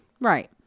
Right